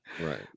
Right